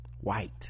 white